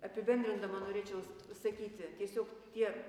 apibendrindama norėčiau sakyti tiesiog tie